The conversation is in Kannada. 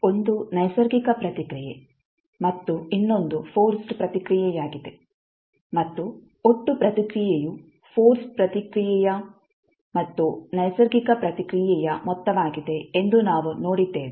ಒಂದು ನೈಸರ್ಗಿಕ ಪ್ರತಿಕ್ರಿಯೆ ಮತ್ತು ಇನ್ನೊಂದು ಫೋರ್ಸ್ಡ್ ಪ್ರತಿಕ್ರಿಯೆಯಾಗಿದೆ ಮತ್ತು ಒಟ್ಟು ಪ್ರತಿಕ್ರಿಯೆಯು ಫೋರ್ಸ್ ಪ್ರತಿಕ್ರಿಯೆಯ ಮತ್ತು ನೈಸರ್ಗಿಕ ಪ್ರತಿಕ್ರಿಯೆಯ ಮೊತ್ತವಾಗಿದೆ ಎಂದು ನಾವು ನೋಡಿದ್ದೇವೆ